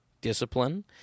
discipline